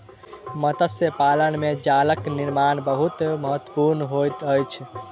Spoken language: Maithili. मत्स्य पालन में जालक निर्माण बहुत महत्वपूर्ण होइत अछि